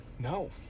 no